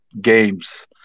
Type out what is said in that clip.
games